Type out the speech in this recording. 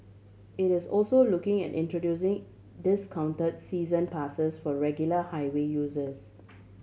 it is also looking at introducing discount season passes for regular highway users